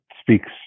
speaks